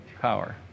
power